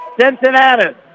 Cincinnati